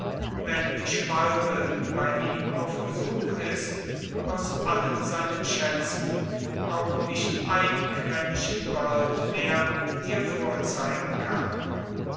wenn die schwalbe bei ihm auf besuch ist aus all seinen schätzen auch nicht ein quentchen gold mehr ihr vorzeigen kann